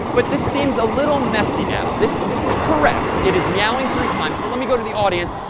but this seems a little messy now. this this is correct. it is meowing three times. but let me go to the audience.